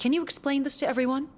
can you explain this to everyone